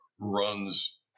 runs